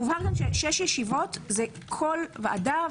מובהר גם שש ישיבות זה כל ועדה,